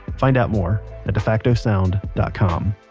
find out more at defactosound dot com